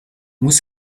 muss